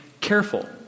careful